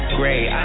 great